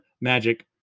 magic